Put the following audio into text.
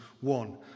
one